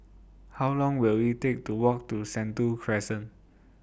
How Long Will IT Take to Walk to Sentul Crescent